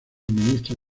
administra